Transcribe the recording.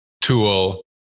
tool